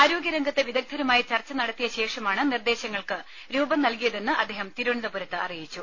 ആരോഗ്യ രംഗത്തെ വിദഗ്ദ്ധരുമായി ചർച്ച നടത്തിയ ശേഷമാണ് നിർദ്ദേശങ്ങൾക്ക് രൂപം നൽകിയതെന്ന് അദ്ദേഹം തിരുവനന്തപുരത്ത് അറിയിച്ചു